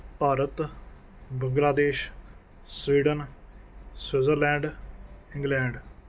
Bharat Bangladesh Sweden Switzerland England